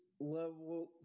level